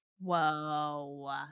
Whoa